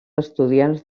estudiants